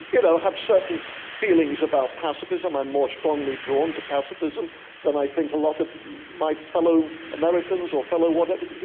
you know, have certain feelings about pacifism. i'm more strongly drawn to pacifism than i think a lot of my fellow americans, or fellow whatever,